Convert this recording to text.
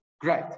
Great